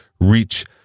reach